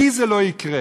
לי זה לא יקרה.